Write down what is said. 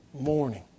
morning